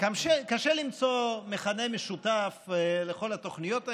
קשה למצוא מכנה משותף לכל התוכניות האלה: